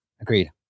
Agreed